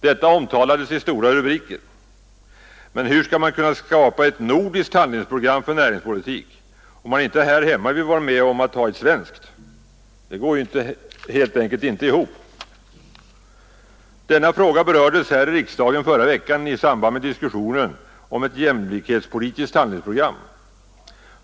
Detta omtalades i stora rubriker. Men hur skulle man kunna skapa ett nordiskt handlingsprogram för näringspolitik, om man inte här hemma vill vara med om att ha ett svenskt? Det går helt enkelt inte ihop. Denna fråga berördes här i riksdagen redan förra veckan i samband med diskussionen om ett jämlikhetspolitiskt handlingsprogram.